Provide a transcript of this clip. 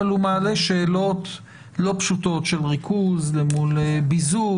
הוא מעלה שאלות לא פשוטות של ריכוז אל מול ביזור,